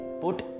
put